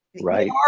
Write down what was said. right